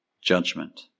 judgment